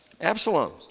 Absalom